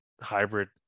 hybrid